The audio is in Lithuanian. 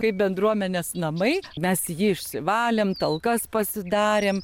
kaip bendruomenės namai mes jį išsivalėm talkas pasidarėm